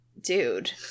dude